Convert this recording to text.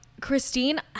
Christine